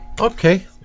Okay